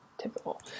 typical